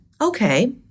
Okay